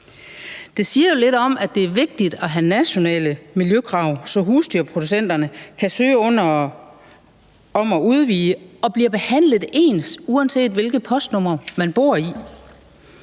Det siger jo lidt om, at det er vigtigt at have nationale miljøkrav, så husdyrproducenterne kan søge om at udvide og bliver behandlet ens, uanset hvilket postnummer man bor i.